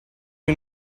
you